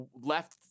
left